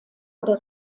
oder